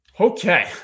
Okay